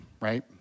Right